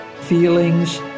feelings